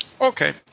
Okay